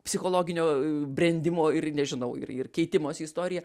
psichologinio brendimo ir nežinau ir ir keitimosi istoriją